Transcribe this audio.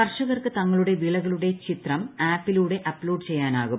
കർഷകർക്ക് തങ്ങളുടെ ഡ്രി്ളകൾളുടെ ചിത്രം ആപ്പിലൂടെ അപ്ലോഡ് ചെയ്യാനാവും